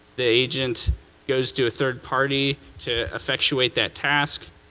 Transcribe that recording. the agent goes to a third party to effectuate that task.